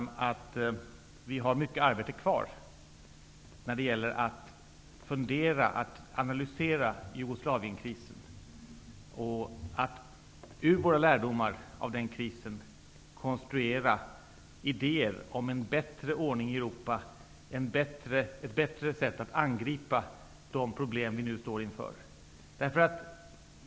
Jag tror att vi har mycket arbete kvar när det gäller att analysera Jugoslavienkrisen och ur våra lärdomar av denna kris konstruera en bättre ordning i Europa och ett bättre sätt att angripa de problem vi nu står inför.